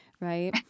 right